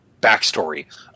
backstory